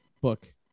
book